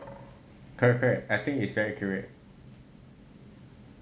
correct correct I think is very accurate